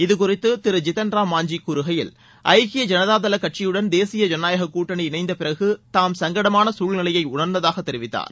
இது குறித்து திரு இத்தன் ராம் மாஞ்சி கூறுகையில் ஐக்கிய ஐனதா தள கட்சியுடன் தேசிய ஜனநாயக கூட்டணி இணைந்த பிறகு தாம் சங்கடமான சூழ்நிலையை உணர்ந்ததாக தெரிவித்தார்